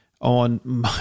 on